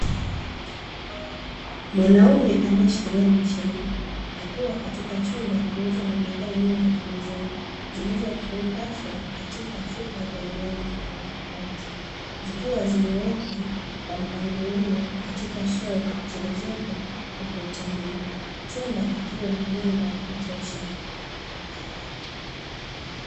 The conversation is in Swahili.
Mwanaume aliyeshikilia mashine, akiwa katika chumba kilicho na bidhaa nyingi za maziwa, zilizofungashwa katika chupa zenye rangi tofautitofauti, zikiwa zimewekwa kwa mpangilio katika shelf zilizopo ukutani. Chumba kikiwa na mwanga wa kutosha.